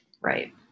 Right